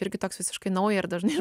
irgi toks visiškai nauja ir dažnai